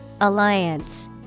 Alliance